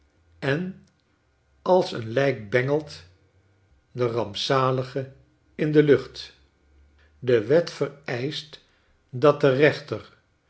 en als een lijk bengelt de rampzalige in de lucht de wet vereischt dat de rechter